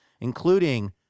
including